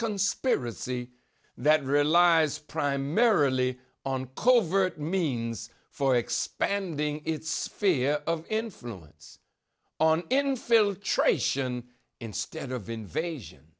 conspiracy that relies primarily on covert means for expanding its fear of influence on infiltration instead of invasion